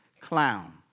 clown